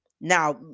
Now